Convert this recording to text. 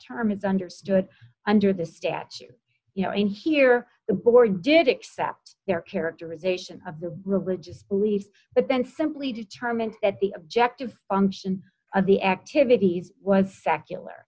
term is understood under the statute you know in here the board did accept their characterization of the religious beliefs but then simply determined that the objective function of the activities was secular